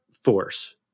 force